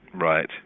Right